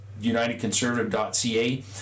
unitedconservative.ca